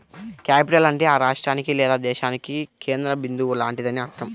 capital అంటే ఆ రాష్ట్రానికి లేదా దేశానికి కేంద్ర బిందువు లాంటిదని అర్థం